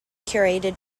curated